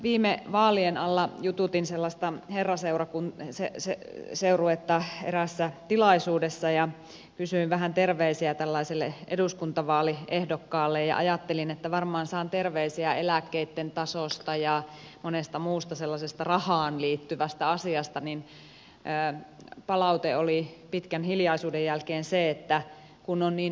viime vaalien alla jututin sellaista herraseurakuntien sekä se että se herraseuruetta eräässä tilaisuudessa ja kysyin vähän terveisiä tällaiselle eduskuntavaaliehdokkaalle ja ajattelin että varmaan saan terveisiä eläkkeitten tasosta ja monesta muusta sellaisesta rahaan liittyvästä asiasta mutta palaute oli pitkän hiljaisuuden jälkeen se että kun on niin yksinäistä